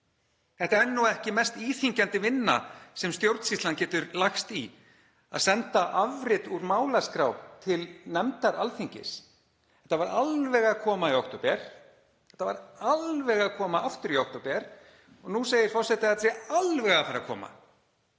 Þetta er ekki mest íþyngjandi vinna sem stjórnsýslan getur lagst í, að senda afrit úr málaskrá til nefndar Alþingis. Þetta var alveg að koma í október, þetta var alveg að koma aftur í október og nú segir forseti að þetta sé alveg að fara að koma.